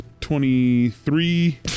twenty-three